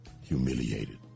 humiliated